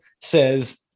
says